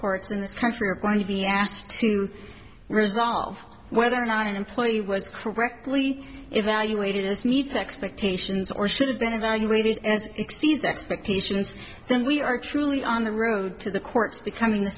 courts in this country are going to be asked to resolve whether or not an employee was correctly evaluated this needs expectations or should have been evaluated as exceeds expectations then we are truly on the road to the courts becoming